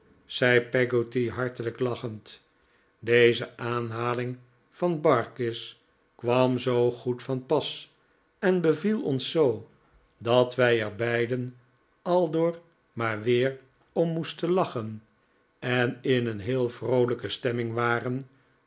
zei peggotty hartelijk lachend deze aanhaling van barkis kwam zoo goed van pas en beviel ons zoo dat wij er beiden aldoor maar weer om moesten lachen en in een heel vroolijke stemming waren